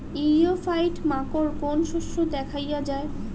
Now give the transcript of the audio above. ইরিও ফাইট মাকোর কোন শস্য দেখাইয়া যায়?